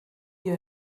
your